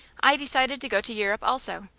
i decided to go to europe also,